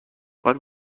but